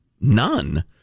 None